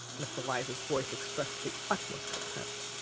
miss eliza's voice expressed the utmost contempt.